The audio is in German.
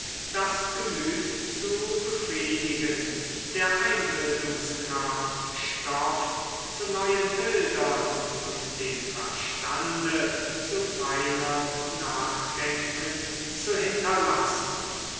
das gemüt zu befriedigen der einbildungskraft stoff zu neuen bildern und dem verstande zu fernerm nachdenken zu hinterlassen